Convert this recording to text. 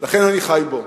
ולכן אני חי בו.